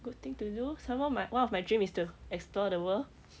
good thing to do some more my one of my dream is to explore the world